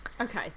Okay